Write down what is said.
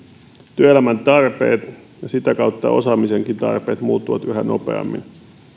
työelämän tarpeet ja sitä kautta osaamisenkin tarpeet muuttuvat yhä nopeammin